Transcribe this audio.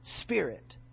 spirit